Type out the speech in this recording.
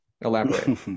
Elaborate